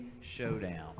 showdown